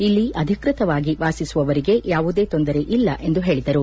ಇಲ್ಲಿ ಅಧಿಕೃತವಾಗಿ ವಾಸಿಸುವವರಿಗೆ ಯಾವುದೇ ತೊಂದರೆಯಿಲ್ಲ ಎಂದು ಹೇಳಿದರು